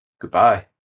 Goodbye